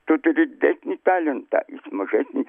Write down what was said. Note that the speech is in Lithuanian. tu turi didesnį talentą jis mažesnį